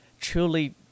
truly